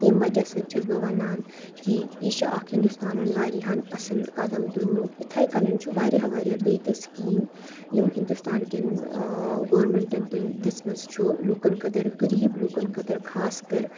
تمہِ وَجہ سۭتۍ چھَس بہٕ وَنان کہِ یہِ چھِ اَکھ ہِندوستانَن واریَہَن اَصٕل قدم تُلمُت اِتھے کنَن چھُ واریاہ واریاہ بیٚیہِ تہِ سِکیٖم یِم ہِنٛدوستان کیٚن گورمیٚنٛٹَن تُلہِ دِژمٕژ چھُ لُکَن خٲطرٕ غریٖب لُکَن خٲطرٕ خاص کَر